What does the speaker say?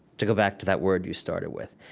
to go back to that word you started with.